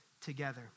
together